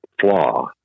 flaw